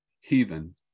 Heathen